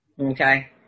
Okay